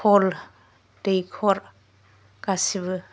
call दैखर गासिबो